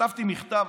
כתבתי מכתב